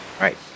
right